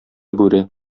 бүре